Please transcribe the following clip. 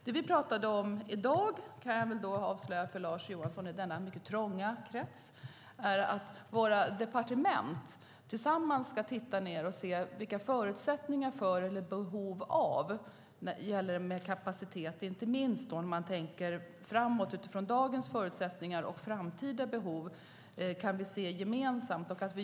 Det vi i dag talade om, kan jag avslöja för Lars Johansson i denna mycket trånga krets, var att våra departement tillsammans ska sätta sig ned och se vilka förutsättningar det finns för ökad kapacitet samt vilka behov det finns.